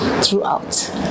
throughout